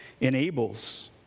enables